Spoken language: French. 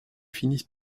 finissent